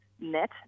net